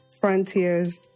frontiers